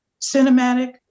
cinematic